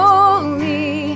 Holy